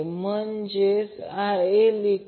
तर IAB ठेवा पण ICA IAB अँगल 240°